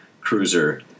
cruiser